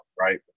right